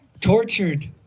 tortured